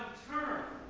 turn